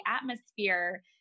atmosphere